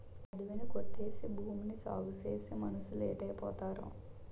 అడివి ని కొట్టేసి భూమిని సాగుచేసేసి మనుసులేటైపోతారో